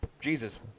Jesus